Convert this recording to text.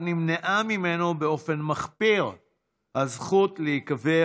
נמנעה ממנו באופן מחפיר הזכות להיקבר